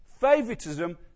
Favoritism